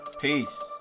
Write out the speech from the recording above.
Peace